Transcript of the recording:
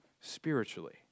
spiritually